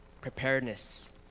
preparedness